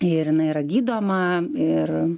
ir jinai yra gydoma ir